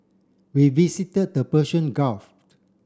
we visited the Persian Gulf